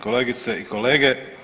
Kolegice i kolege.